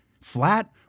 Flat